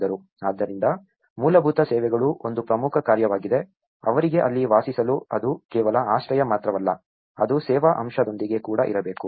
ಆದ್ದರಿಂದ ಮೂಲಭೂತ ಸೇವೆಗಳು ಒಂದು ಪ್ರಮುಖ ಕಾರ್ಯವಾಗಿದೆ ಅವರಿಗೆ ಅಲ್ಲಿ ವಾಸಿಸಲು ಅದು ಕೇವಲ ಆಶ್ರಯ ಮಾತ್ರವಲ್ಲ ಅದು ಸೇವಾ ಅಂಶದೊಂದಿಗೆ ಕೂಡ ಇರಬೇಕು